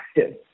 active